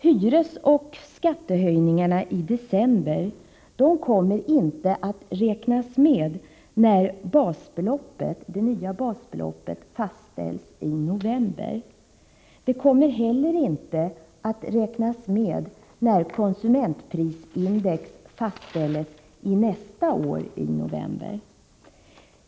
Hyresoch skattehöjningarna i december kommer inte att räknas med när det nya basbeloppet fastställs i november. Det kommer inte heller att räknas med när konsumentprisindex fastställs nästa år i november.